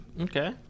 okay